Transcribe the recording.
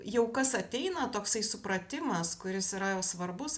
jau kas ateina toksai supratimas kuris yra svarbus